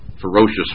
ferocious